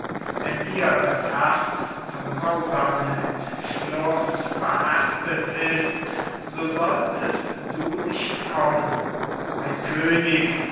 wenn dir das herz zum grausamen entschluß verhärtet ist so solltest du nicht kommen ein könig